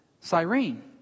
Cyrene